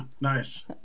Nice